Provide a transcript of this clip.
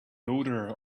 odor